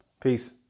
Peace